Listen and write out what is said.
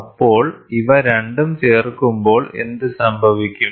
അപ്പോൾ ഇവ രണ്ടും ചേർക്കുമ്പോൾ എന്ത് സംഭവിക്കും